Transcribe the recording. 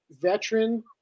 veteran